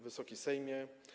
Wysoki Sejmie!